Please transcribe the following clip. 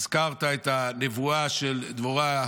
הזכרת את הנבואה של דבורה.